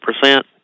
percent